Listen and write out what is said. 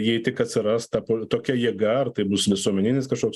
jei tik atsiras ta tokia jėga ar tai bus visuomeninis kažkoks